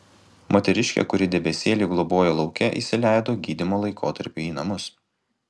moteriškė kuri debesėlį globojo lauke įsileido gydymo laikotarpiui į namus